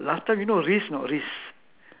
last time you know risk know risk